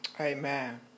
Amen